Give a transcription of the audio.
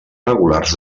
regulars